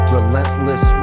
Relentless